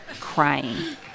crying